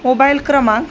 mobile क्रमांक